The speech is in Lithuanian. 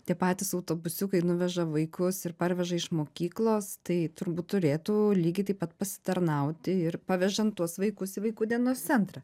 tie patys autobusiukai nuveža vaikus ir parveža iš mokyklos tai turbūt turėtų lygiai taip pat pasitarnauti ir pavežant tuos vaikusį vaikų dienos centrą